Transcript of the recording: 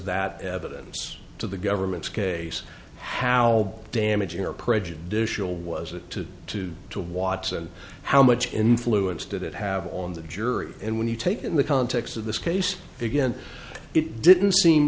that evidence to the government's case how damaging are prejudicial was it to to to watson how much influence did it have on the jury and when you take in the context of this case again it didn't seem